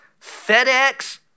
FedEx